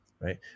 right